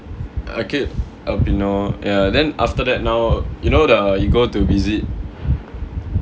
I killed elpenor ya then after that now you know the you go to visit